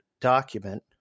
document